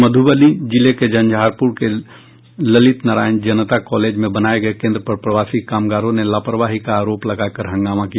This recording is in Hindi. मध्रबनी जिले के झंझारपुर के ललित नारायण जनता कॉलेज में बनाये गये केन्द्र पर प्रवासी कामगारों ने लापरवाही का आरोप लगा कर हंगामा किया